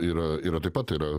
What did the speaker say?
yra yra taip pat yra